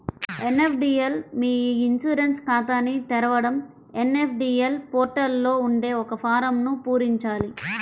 NSDL మీ e insurance ఖాతాని తెరవడం ఎన్.ఎస్.డి.ఎల్ పోర్టల్ లో ఉండే ఒక ఫారమ్ను పూరించాలి